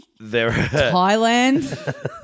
Thailand